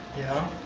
yeah.